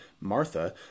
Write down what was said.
Martha